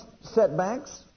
setbacks